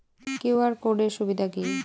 QR code এর সুবিধা কি?